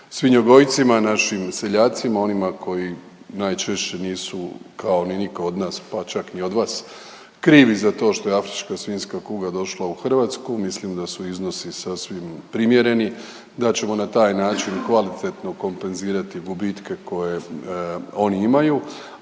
svinjogojcima, našim seljacima, onima koji najčešće nisu kao ni nitko od nas pa čak ni od vas, krivi za to što je afrička svinjska kuga došla u Hrvatsku. Mislim da su iznosi sasvim primjereni, da ćemo na taj način kvalitetno kompenzirati gubitke koje oni imaju,